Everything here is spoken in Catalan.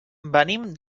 venim